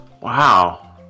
Wow